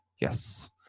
Yes